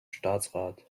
staatsrat